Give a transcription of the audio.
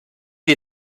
des